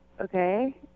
okay